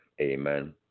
Amen